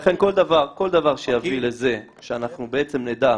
לכן כל דבר שיביא לזה שאנחנו נדע,